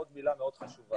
מאוד חשובה.